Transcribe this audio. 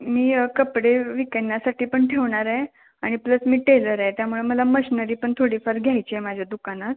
मी कपडे विकण्यासाठी पण ठेवणार आहे आणि प्लस मी टेलर आहे त्यामुळे मला मशिनरी पण थोडीफार घ्यायची आहे माझ्या दुकानात